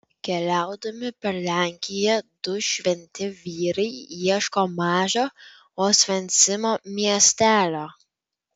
keliaudami per lenkiją du šventi vyrai ieško mažo osvencimo miestelio